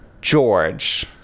George